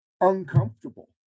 uncomfortable